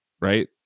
Right